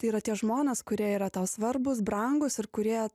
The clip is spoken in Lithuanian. tai yra tie žmonės kurie yra tau svarbūs brangūs ir kurie